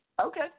Okay